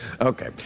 Okay